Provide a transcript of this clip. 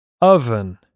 Oven